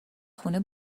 خونه